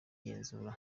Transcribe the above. genzura